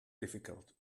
difficult